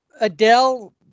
Adele